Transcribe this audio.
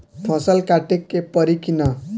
फसल काटे के परी कि न?